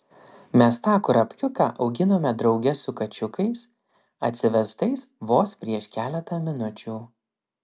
mes tą kurapkiuką auginome drauge su kačiukais atsivestais vos prieš keletą minučių